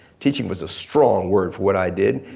teaching was a strong word for what i did.